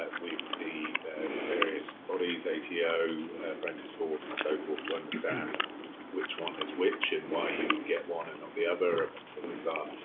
with the various bodies, ato apprentice boards and so forth to understand which one is which, and why you would get one and not the other, and what the rules are.